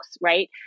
right